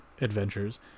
adventures